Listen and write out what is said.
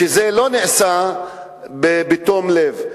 שלא נעשה בתום לב.